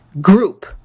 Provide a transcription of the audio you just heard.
group